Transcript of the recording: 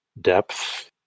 depth